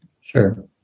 Sure